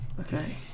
Okay